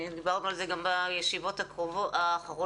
דיברנו על זה גם בישיבות האחרונות,